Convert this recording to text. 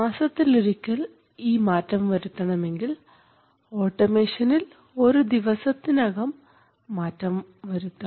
മാസത്തിലൊരിക്കൽ ഈ മാറ്റം വരുത്തണമെങ്കിൽ ഓട്ടോമേഷനിൽ ഒരു ദിവസത്തിനകം മാറ്റം വരുത്തണം